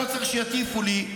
אני לא צריך שיטיפו לי,